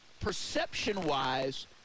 perception-wise